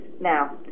Now